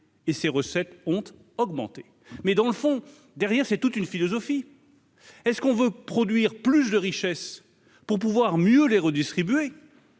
et ces recettes ont eux augmenté mais dans le fond, derrière, c'est toute une philosophie et ce qu'on veut produire plus de richesses pour pouvoir mieux les redistribuer